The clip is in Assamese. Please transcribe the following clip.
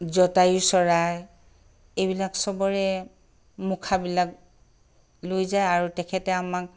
জটায়ু চৰাই এইবিলাক সবৰে মুখাবিলাক লৈ যায় আৰু তেখেতে আমাক